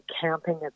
camping